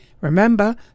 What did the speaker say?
Remember